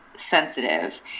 sensitive